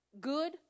Good